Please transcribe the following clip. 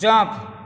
jump